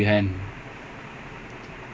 it's pull from behind ya